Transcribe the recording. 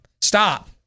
Stop